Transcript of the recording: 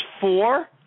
four –